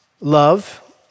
love